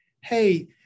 hey